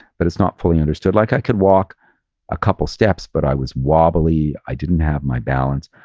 but it's not fully understood. like i could walk a couple steps, but i was wobbly. i didn't have my balance.